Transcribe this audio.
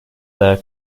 there